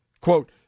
Quote